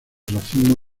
racimo